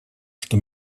что